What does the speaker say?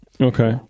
Okay